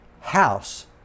house